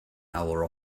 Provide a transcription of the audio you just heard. our